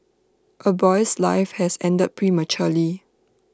A boy's life has ended prematurely